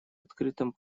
открытом